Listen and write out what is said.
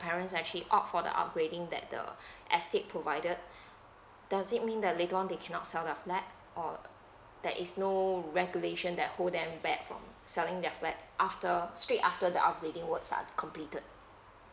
parents actually opt for the upgrading that the estate provided does it mean the later on they cannot sell the flat or there is no regulation that hold them back from selling their flat after straight after the upgrading works are completed